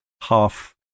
half